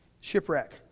Shipwreck